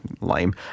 lame